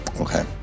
Okay